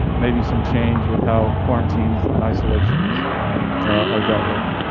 maybe some change with how quarantines an isolations are dealt with.